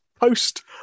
post